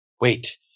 wait